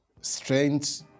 strength